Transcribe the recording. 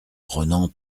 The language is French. ronan